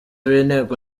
w’inteko